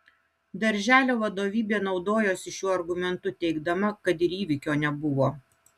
darželio vadovybė naudojosi šiuo argumentu teigdama kad ir įvykio nebuvo